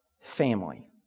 family